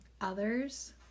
others